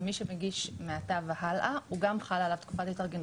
שמי שמגיש מעתה והלאה הוא גם חלה עליו תקופת ההתארגנות,